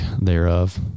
thereof